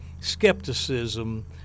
skepticism